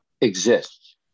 exists